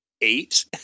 Eight